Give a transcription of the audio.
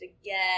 again